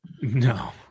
no